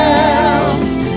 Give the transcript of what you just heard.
else